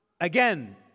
again